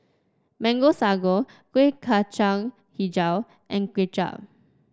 Mango Sago Kueh Kacang hijau and Kway Chap